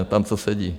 Tam, co sedí.